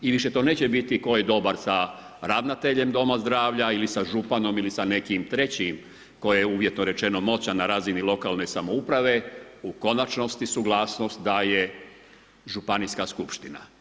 I više to neće biti tko je dobar sa ravnateljem doma zdravlja ili sa županom ili sa nekim trećim koji je uvjetno moćan na razini lokalne samouprave u konačnosti suglasnost daje župnijska skupština.